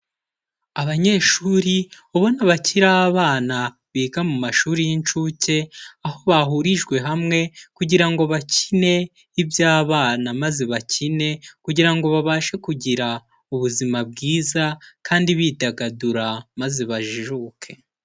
Abanyeshuri ubona bakiri abana, biga mu mashuri y'inshuke, aho bahurijwe hamwe kugira ngo bakine iby'abana maze bakine kugira ngo babashe kugira ubuzima bwiza kandi bidagadura maze bajijuke.